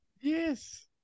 Yes